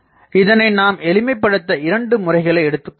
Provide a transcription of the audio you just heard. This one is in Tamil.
இதனை நாம் எளிமைபடுத்த இரண்டு முறைகளை எடுத்துக் கொள்ளலாம்